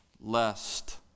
lest